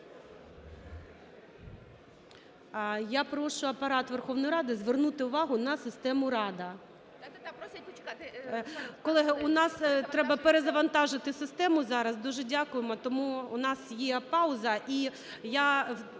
Я прошу Апарат Верховної Ради звернути увагу на систему "Рада". Колеги, у нас треба перезавантажити систему зараз. Дуже дякуємо. Тому у нас є пауза.